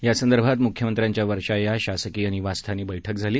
यासंदर्भात मुख्यमंत्र्यांच्या वर्षा या शासकीय निवासस्थानी बैठक झाली